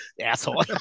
asshole